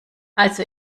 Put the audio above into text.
also